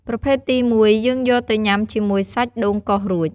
ប្រភេទទីមួយ យើងយកទៅញុំាជាមួយសាច់ដូងកោសរួច។